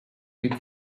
blieb